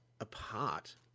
apart